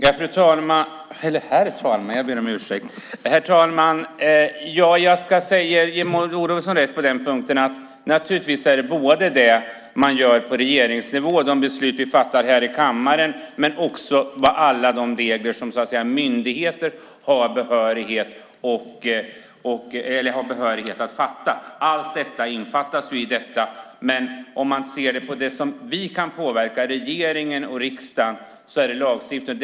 Herr talman! Jag ger Maud Olofsson rätt i att allt som görs på regeringsnivå, här i kammaren och på myndigheterna i form av beslutsfattande innefattas i detta. Det regering och riksdag kan påverka är lagstiftningen.